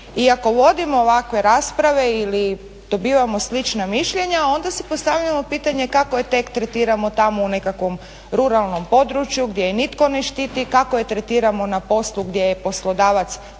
ako vodimo ovakve rasprave ili dobivamo slična mišljenja, onda si postavljamo pitanje kako je tek tretiramo tamo u nekakvom ruralnom području gdje je nitko ne štiti, kako je tretiramo na poslu gdje je poslodavac takav